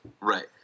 right